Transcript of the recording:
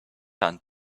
aren’t